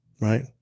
Right